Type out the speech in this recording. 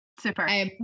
Super